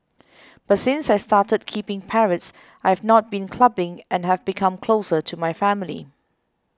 but since I started keeping parrots I've not been clubbing and have become closer to my family